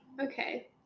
okay